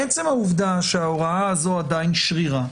עצם העובדה שההוראה הזו עדיין שרירה,